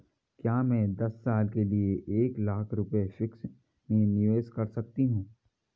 क्या मैं दस साल के लिए एक लाख रुपये फिक्स में निवेश कर सकती हूँ?